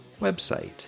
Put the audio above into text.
website